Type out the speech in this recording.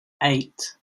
eight